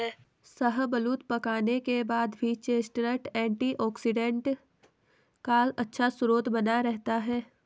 शाहबलूत पकाने के बाद भी चेस्टनट एंटीऑक्सीडेंट का अच्छा स्रोत बना रहता है